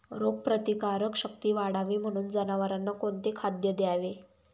रोगप्रतिकारक शक्ती वाढावी म्हणून जनावरांना कोणते खाद्य द्यावे?